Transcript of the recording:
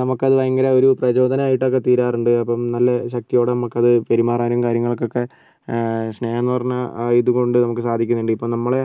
നമുക്കത് ഭയങ്കര ഒരു പ്രജോദനമായിട്ടൊക്കെ തീരാറുണ്ട് അപ്പം നല്ല ശക്തിയോടെ നമുക്കത് പെരുമാറാനും കാര്യങ്ങൾക്കൊക്കെ സ്നേഹമെന്ന് പറഞ്ഞ ആ ഇതുകൊണ്ട് നമുക്ക് സാധിക്കുന്നുണ്ട് ഇപ്പോൾ നമ്മളെ